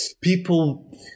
people